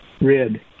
red